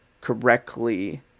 correctly